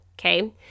okay